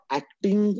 acting